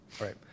Right